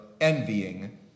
envying